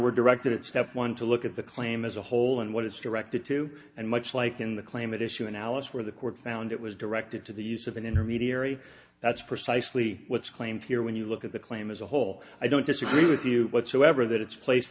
were directed at step one to look at the claim as a whole and what it's directed to and much like in the claim it issue in alice where the court found it was directed to the use of an intermediary that's precisely what's claimed here when you look at the claim as a whole i don't disagree with you whatsoever that it's place